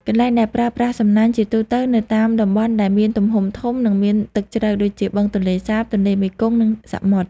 កន្លែងដែលប្រើប្រាស់សំណាញ់ ជាទូទៅនៅតាមតំបន់ដែលមានទំហំធំ និងមានទឹកជ្រៅ ដូចជាបឹងទន្លេសាប ទន្លេមេគង្គ ឬសមុទ្រ។